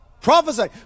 Prophesy